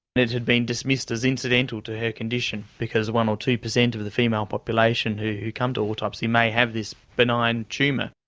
it had been dismissed as incidental to her condition because one percent or two percent of the female population who come to autopsy may have this benign tumour.